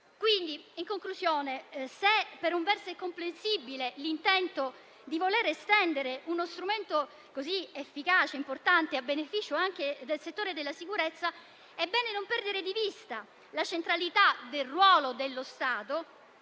Quindi, in conclusione, se per un verso è comprensibile l'intento di voler estendere uno strumento così efficace e importante, a beneficio anche del settore della sicurezza, è bene non perdere di vista la centralità del ruolo dello Stato